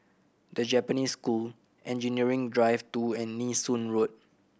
The Japanese School Engineering Drive Two and Nee Soon Road